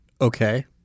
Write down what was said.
Okay